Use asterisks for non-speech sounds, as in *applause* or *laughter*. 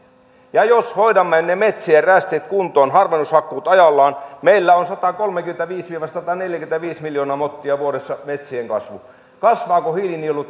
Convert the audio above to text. ja jos hoidamme ne metsien rästit kuntoon harvennushakkuut ajallaan meillä on satakolmekymmentäviisi viiva sataneljäkymmentäviisi miljoonaa mottia vuodessa metsien kasvu kasvaako hiilinielu *unintelligible*